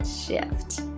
Shift